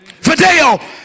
video